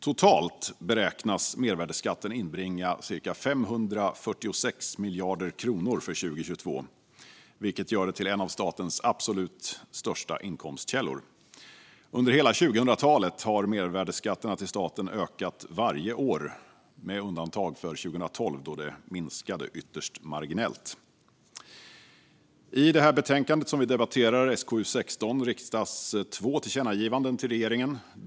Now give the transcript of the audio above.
Totalt beräknas mervärdesskatten inbringa cirka 546 miljarder kronor för 2022, vilket gör den till en av statens absolut största inkomstkällor. Under hela 2000-talet har mervärdeskatterna till staten ökat varje år, med undantag för 2012, då de minskade ytterst marginellt. I det betänkande vi i dag debatterar, SkU16, riktas två tillkännagivanden till regeringen.